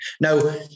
Now